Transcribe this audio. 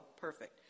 perfect